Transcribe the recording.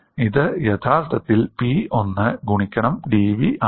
ഇത് യഥാർത്ഥത്തിൽ P1 ഗുണിക്കണം dv ആണ്